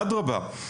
אדרבה,